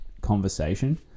conversation